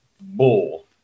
bull